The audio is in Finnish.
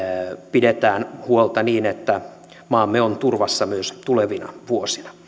pidetään huolta niin että maamme on turvassa myös tulevina vuosina